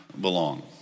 belong